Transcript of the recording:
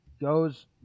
goes